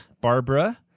Barbara